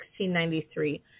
1693